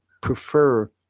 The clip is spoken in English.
prefer